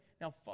Now